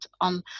on